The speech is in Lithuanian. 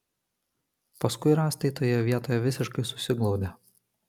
paskui rąstai toje vietoje visiškai susiglaudė